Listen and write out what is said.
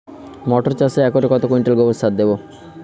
মটর চাষে একরে কত কুইন্টাল গোবরসার দেবো?